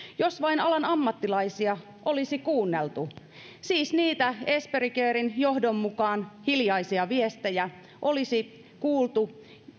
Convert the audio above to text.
jos vain alan ammattilaisia olisi kuunneltu jos siis niitä esperi caren johdon mukaan hiljaisia viestejä olisi kuultu